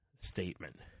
statement